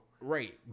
Right